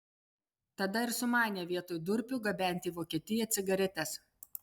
tada ir sumanė vietoj durpių gabenti į vokietiją cigaretes